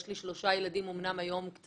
יש לי ילדים בוגרים,